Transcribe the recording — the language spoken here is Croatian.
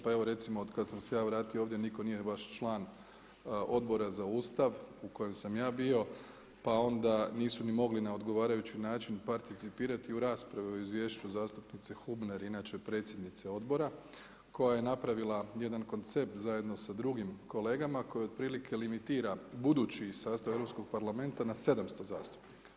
Pa evo recimo od kada sam se ja vratio ovdje nitko nije, vaš član Odbora za Ustav u kojem sa ja bio, pa onda nisu ni mogli na odgovarajući način participirati u raspravi u izvješću zastupnice … inače predsjednice odbora koja je napravila jedan koncept zajedno sa drugim kolegama koji otprilike limitira budući sastav Europskog parlamenta na 700 zastupnika.